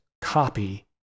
copy